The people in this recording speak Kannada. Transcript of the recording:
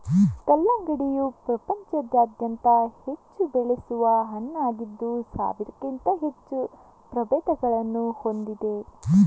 ಕಲ್ಲಂಗಡಿಯು ಪ್ರಪಂಚಾದ್ಯಂತ ಹೆಚ್ಚು ಬೆಳೆಸುವ ಹಣ್ಣಾಗಿದ್ದು ಸಾವಿರಕ್ಕಿಂತ ಹೆಚ್ಚು ಪ್ರಭೇದಗಳನ್ನು ಹೊಂದಿದೆ